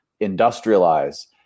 industrialize